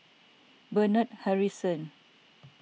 Bernard Harrison